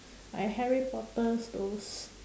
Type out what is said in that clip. like harry-potter those